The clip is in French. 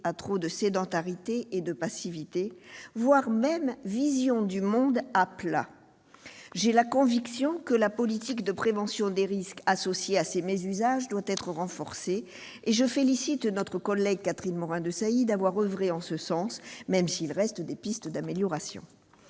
à trop de sédentarité et de passivité, voire vision du monde à plat. J'ai la conviction que la politique de prévention des risques associée à ces mésusages doit être renforcée, et je félicite ma collègue Catherine Morin-Desailly d'avoir oeuvré en ce sens, même s'il reste des pistes d'amélioration.